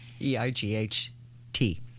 E-I-G-H-T